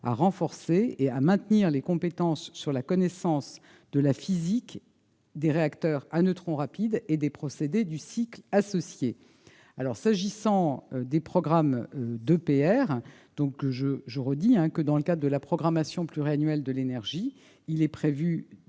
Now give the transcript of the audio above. renforcer et à maintenir les compétences sur la connaissance de la physique des réacteurs à neutrons rapides et des procédés du cycle associés. S'agissant des programmes EPR, il est prévu d'étudier tous les scénarios dans le cadre de la programmation pluriannuelle de l'énergie, depuis